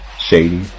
Shady